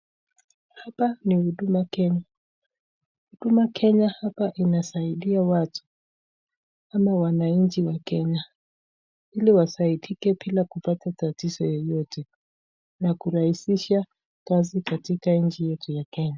Hapa ni huduma Kenya. Huduma Kenya hapa inasaidia watu ama wananchi wa Kenya ili wasaidike bila kupata tatizo yeyote na kurahihisha kazi katika nchi yetu ya Kenya.